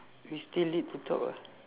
we still need to talk ah